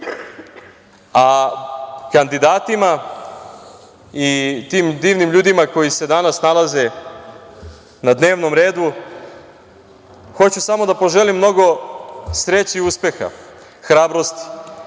nekretninama. Kandidatima i tim divnim ljudima koji se danas nalaze na dnevnom redu hoću samo da poželim mnogo sreće i uspeha, hrabrosti